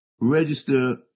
register